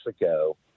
ago